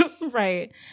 Right